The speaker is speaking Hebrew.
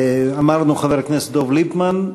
אמרנו חבר הכנסת דב ליפמן.